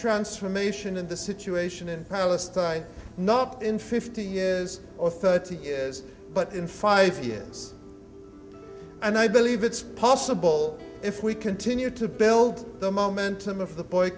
transformation in the situation in palestine not in fifty years or thirty years but in five years and i believe it's possible if we continue to build the momentum of the boy